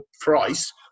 price